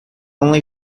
only